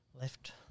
left